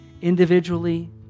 Individually